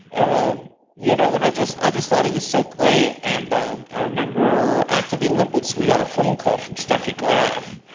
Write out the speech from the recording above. um you know and i just i just thought he was so great and um i remember after the olympics we got a phone call from steffi graf,